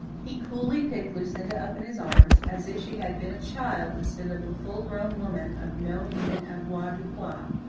he coolly picked lucinda up in his arms, as if she had been a child instead of a full grown woman of no mean avoirdupois,